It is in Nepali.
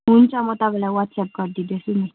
हुन्छ म तपाईँलाई वाट्सएप गरिदिँदैछु नि